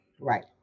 Right